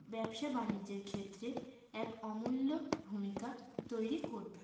ব্যবসা বাণিজ্যের ক্ষেত্রে এক অমূল্য ভূমিকা তৈরি করবে